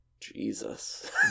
Jesus